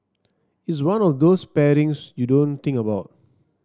it's one of those pairings you don't think about